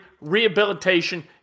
rehabilitation